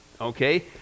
Okay